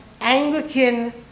Anglican